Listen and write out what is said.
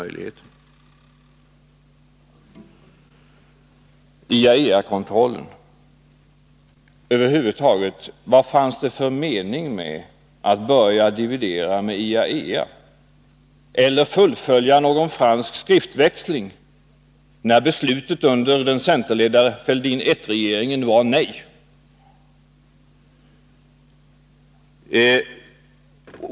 När det gäller IAEA-kontrollen vill jag fråga: Vad var det över huvud taget för mening med att börja dividera med IAEA eller fullfölja någon skriftväxling med Frankrike, när beslutet enligt villkorslagen under den centerledda Fälldin 1-regeringen var ett nej?